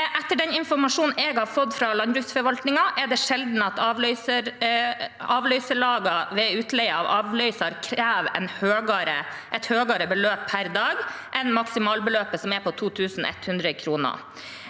Etter den informasjonen jeg har fått fra landbruksforvaltningen, er det sjelden at avløserlagene ved utleie av avløser krever et høyere beløp per dag enn maksimalbeløpet, som er